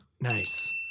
Nice